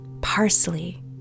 Parsley